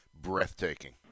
breathtaking